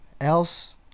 else